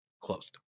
closed